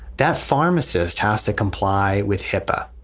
that pharmacist has to comply with hipa.